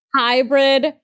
hybrid